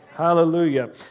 Hallelujah